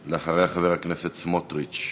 אחריה, חבר הכנסת סמוטריץ,